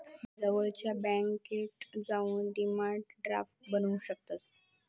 जवळच्या बॅन्केत जाऊन डिमांड ड्राफ्ट बनवू शकतंस